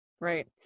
Right